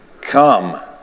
Come